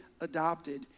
adopted